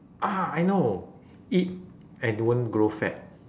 ah I know eat and don't grow fat